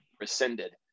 rescinded